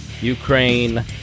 Ukraine